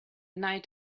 night